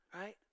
right